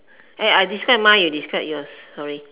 eh I describe mine you describe yours sorry